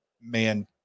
man